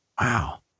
Wow